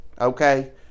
okay